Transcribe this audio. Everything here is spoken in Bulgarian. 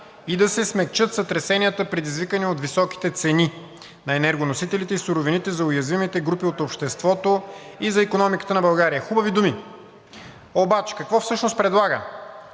и да се смекчат сътресенията, предизвикани от високите цени на енергоносителите и суровините за уязвимите групи от обществото и за икономиката на България.“ Хубави думи! Обаче какво всъщност предлага